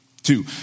Two